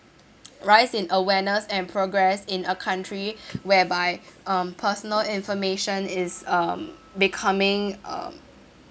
rise in awareness and progress in a country whereby um personal information is um becoming um